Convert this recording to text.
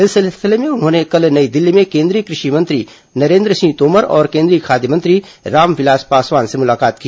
इस सिलसिले में उन्होंने कल नई दिल्ली में केन्द्रीय कृषि मंत्री नरेन्द्र सिंह तोमर और केन्द्रीय खाद्य मंत्री रामविलास पासवान से मुलाकात की